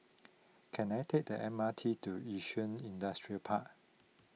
can I take the M R T to Yishun Industrial Park